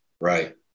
right